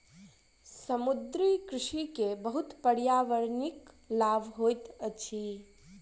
समुद्रीय कृषि के बहुत पर्यावरणिक लाभ होइत अछि